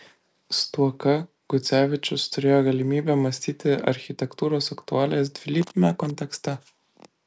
stuoka gucevičius turėjo galimybę mąstyti architektūros aktualijas dvilypiame kontekste